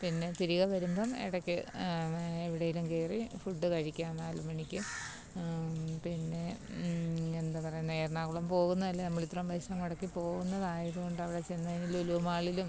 പിന്നെ തിരികെ വരുമ്പം ഇടയ്ക്ക് എവിടേലും കയറി ഫുഡ് കഴിക്കാം നാല് മണിക്ക് പിന്നെ എന്താണ് പറയുന്നത് എറണാകുളം പോകുന്നതല്ലേ നമ്മൾ ഇത്രയും പൈസ മുടക്കി പോകുന്നതായത് കൊണ്ട് അവിടെ ചെന്നു കഴിഞ്ഞാൽ ലുലുമാളിലും